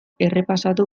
errepasatu